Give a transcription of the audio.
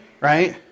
right